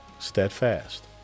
steadfast